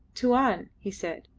tuan, he said,